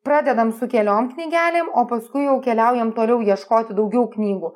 pradedam su keliom knygelėm o paskui jau keliaujam toliau ieškoti daugiau knygų